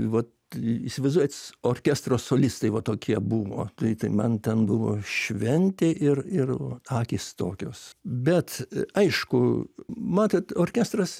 vat įsivaizduojat orkestro solistai va tokie buvo tai tai man ten buvo šventė ir ir akys tokios bet aišku matot orkestras